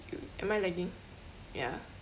am I lagging ya